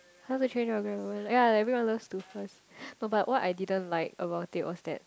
How to Train Your Dragon ya everyone loves the first no but what I didn't like about it was that